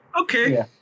Okay